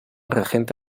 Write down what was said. regente